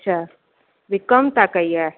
अच्छा B com तव्हां कई आहे